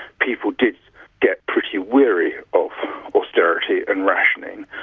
people did get pretty weary of austerity and rationing,